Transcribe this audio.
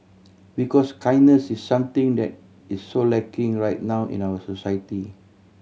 because kindness is something that is so lacking right now in our society